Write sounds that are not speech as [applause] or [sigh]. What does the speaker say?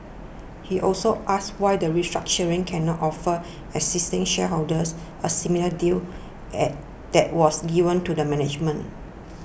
he also asked why the restructuring cannot offer existing shareholders a similar deal [unintelligible] that was given to the management